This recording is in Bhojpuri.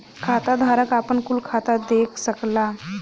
खाताधारक आपन कुल खाता देख सकला